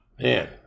man